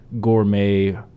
gourmet